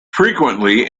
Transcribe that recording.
frequently